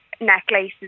necklaces